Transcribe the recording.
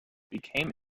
became